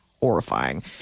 horrifying